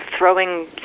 Throwing